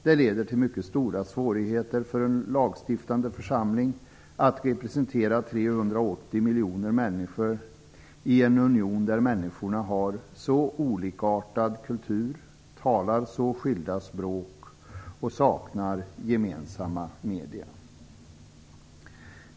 Det leder till mycket stora svårigheter för en lagstiftande församling att representera 380 miljoner människor i en union där människorna har så olikartade kulturer, talar så skilda språk och saknar gemensamma medier.